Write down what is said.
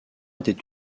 était